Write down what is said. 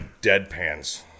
deadpans